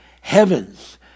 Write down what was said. heavens